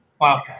wow